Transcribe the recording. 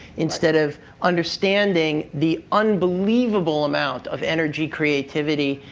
instead of understanding the unbelievable amount of energy, creativity,